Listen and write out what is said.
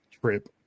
trip